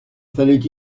fallait